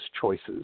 choices